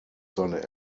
seine